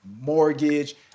mortgage